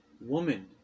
Woman